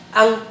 ang